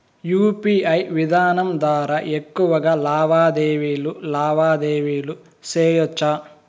UPI విధానం ద్వారా ఎక్కువగా లావాదేవీలు లావాదేవీలు సేయొచ్చా?